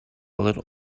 little